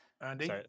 Andy